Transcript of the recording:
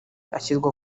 ashyirwa